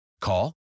Call